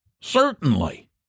Certainly